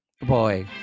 Boy